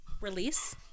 Release